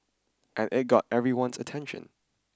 and it got everyone's attention